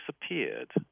disappeared